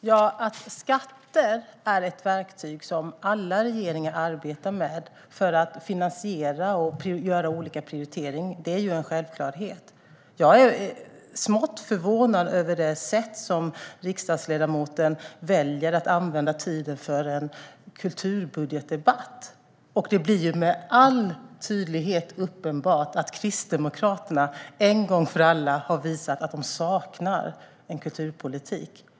Herr talman! Skatter är ett verktyg som alla regeringar arbetar med för att finansiera och göra olika prioriteringar. Det är en självklarhet. Jag är smått förvånad över det sätt som riksdagsledamoten väljer för att använda tiden för en kulturbudgetdebatt. Kristdemokraterna har en gång för alla, mycket tydligt, visat att de saknar kulturpolitik.